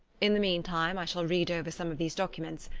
in the meantime i shall read over some of these documents,